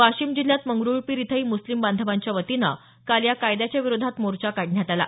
वाशिम जिल्ह्यात मंगरूळ पीर इथंही मुस्लिम बांधवांच्या वतीनं काल या कायद्याच्या विरोधात मोर्चा काढण्यात आला